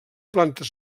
plantes